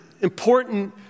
important